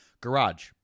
garage